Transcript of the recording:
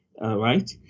right